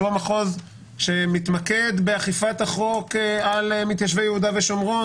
הוא המחוז שמתמקד באכיפת החוק על מתיישבי יהודה ושומרון,